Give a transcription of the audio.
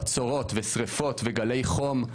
בצורות, ושרפות, וגלי חום,